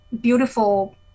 beautiful